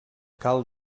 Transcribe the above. cal